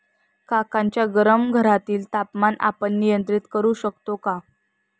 काकांच्या गरम घरातील तापमान आपण नियंत्रित करु शकतो का?